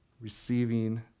receiving